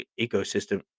ecosystem